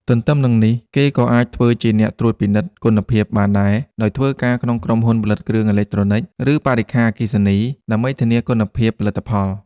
ទន្ទឹមនឹងនេះ គេក៏អាចធ្វើជាអ្នកត្រួតពិនិត្យគុណភាពបានដែរ ដោយធ្វើការក្នុងក្រុមហ៊ុនផលិតគ្រឿងអេឡិចត្រូនិច ឬបរិក្ខារអគ្គិសនី ដើម្បីធានាគុណភាពផលិតផល។